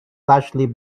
largely